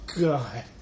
God